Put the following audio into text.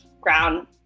ground